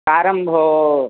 कारम्भो